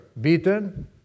beaten